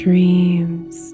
Dreams